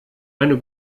eine